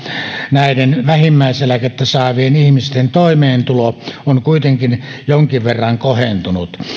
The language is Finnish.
näiden vähimmäiseläkettä saavien ihmisten toimeentulo on kuitenkin jonkin verran kohentunut